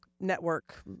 network